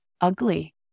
ugly